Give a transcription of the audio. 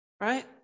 right